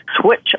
switch